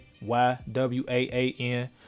y-w-a-a-n